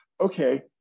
okay